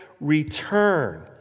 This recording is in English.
return